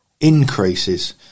increases